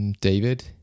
David